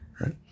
right